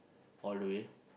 all the way